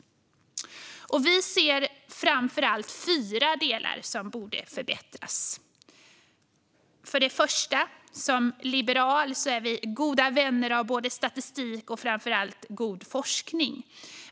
Vi ser framför allt fyra delar som borde förbättras. För det första är vi liberaler goda vänner av både statistik och framför allt god forskning.